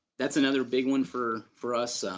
that's another big one for for us, ah